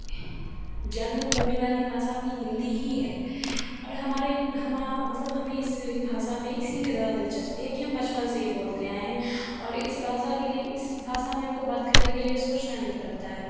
जन्मभूमि वाली भाषा भी हिन्दी ही है और हमारे हमा मतलब हमें इससे भाषा में इसीलिए ज़्यादा दिलचस्पी है कि हम बचपन से ये बोलते आए हैं और इस भाषा के लिए इस भाषा में हमको बात करने के लिए सोचना नहीं पड़ता है